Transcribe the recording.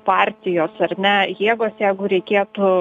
partijos ar ne jėgos jeigu reikėtų